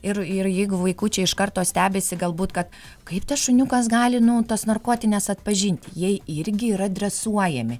ir ir jeigu vaikučiai iš karto stebisi galbūt kad kaip tas šuniukas gali nu tas narkotines atpažinti jie irgi yra dresuojami